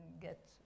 get